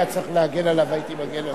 אם היה צריך להגן עליו, הייתי מגן עליו.